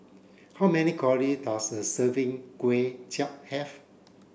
how many calories does a serving Kuay Chap have